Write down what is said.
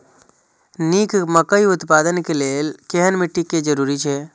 निक मकई उत्पादन के लेल केहेन मिट्टी के जरूरी छे?